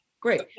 great